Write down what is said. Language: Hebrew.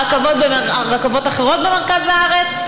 רכבות אחרות במרכז הארץ?